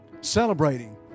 Celebrating